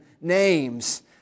names